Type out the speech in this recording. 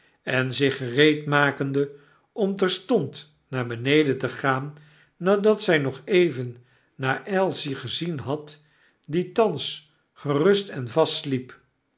en zich gereedmakende om terstond naar beneden te gaan nadat zij nog even naar ailsie gezien had die thans gerust en vast sliep